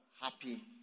happy